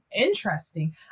interesting